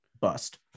bust